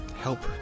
help